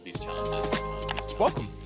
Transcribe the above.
Welcome